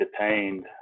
detained